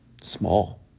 Small